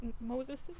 Moses